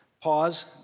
Pause